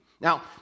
Now